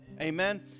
Amen